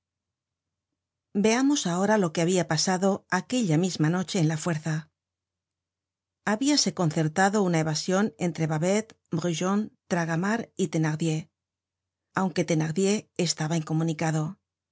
veamos ahora lo que habia pasado aquella misma noche en la fuerza habíase concertado una evasion entre babet brujon tragamar y thenardicr aunque thenardier estaba incomunicado